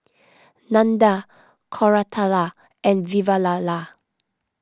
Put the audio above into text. Nandan Koratala and Vavilala